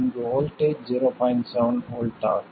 7 V ஆகும்